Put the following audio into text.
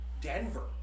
Denver